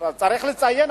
צריך לציין,